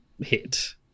hit